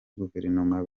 guverinoma